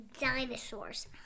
dinosaurs